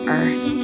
earth